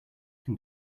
can